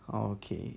oh okay